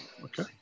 Okay